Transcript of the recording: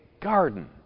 garden